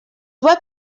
web